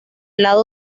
lado